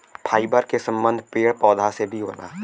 fibre क संबंध पेड़ पौधा से भी होला